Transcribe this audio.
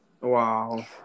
Wow